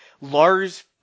Lars